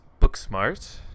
Booksmart